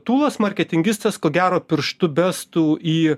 tūlas marketingistas ko gero pirštu bestų į